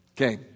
Okay